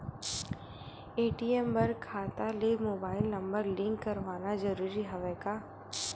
ATM बर खाता ले मुबाइल नम्बर लिंक करवाना ज़रूरी हवय का?